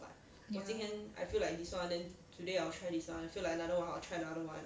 ya